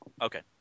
Okay